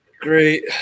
Great